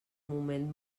moment